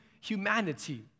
humanity